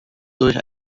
durch